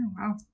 wow